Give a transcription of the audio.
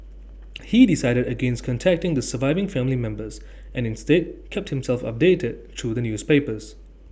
he decided against contacting the surviving family members and instead kept himself updated through the newspapers